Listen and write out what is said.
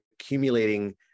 accumulating